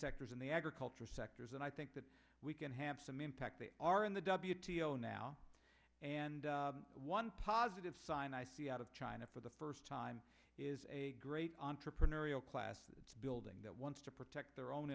sectors and the agriculture sectors and i think that we can have some impact they are in the w t o now and one positive sign i see out of china for the first time is a great entrepreneurial class that's building that wants to protect their own